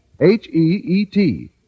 H-E-E-T